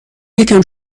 یکم